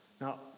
now